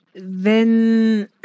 Wenn